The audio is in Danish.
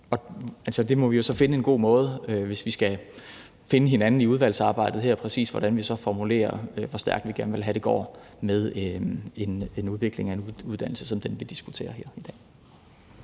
færdigt. Vi må så finde en god måde at finde hinanden på i udvalgsarbejdet, med hensyn til hvordan vi så præcis formulerer, hvor stærkt vi gerne vil have det går med en udvikling af en uddannelse som den, vi diskuterer her i dag.